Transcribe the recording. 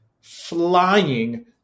flying